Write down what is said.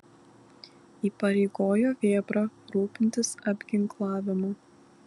įpareigojo vėbrą rūpintis apginklavimu